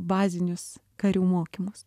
bazinius karių mokymus